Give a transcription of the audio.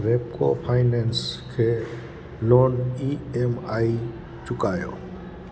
Repco Finance खे loan E M I चुकायो